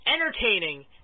entertaining